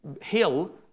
hill